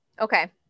Okay